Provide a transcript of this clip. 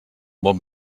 bon